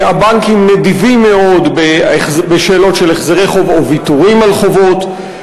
הבנקים נדיבים מאוד בשאלות של החזרי חוב או ויתורים על חובות.